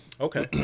Okay